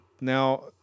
Now